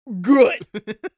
Good